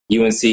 UNC